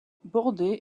bordé